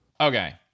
Okay